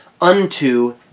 Unto